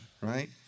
right